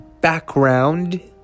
background